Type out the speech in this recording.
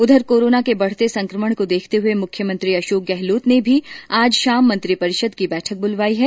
उधर कोरोना के बढ़ते संक्रमण को देखते हुए मुख्यमंत्री अशोक गहलोत ने भी आज शाम मंत्रिपरिषद की बैठक ब्लाई है